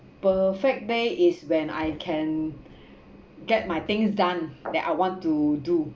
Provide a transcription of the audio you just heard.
perfect day is when I can get my things done that I want to do